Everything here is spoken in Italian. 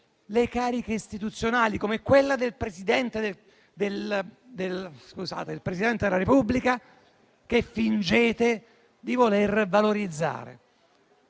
le cariche istituzionali, come quella del Presidente della Repubblica, che fingete di voler valorizzare.